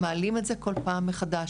אנחנו מעלים את זה כל פעם מחדש.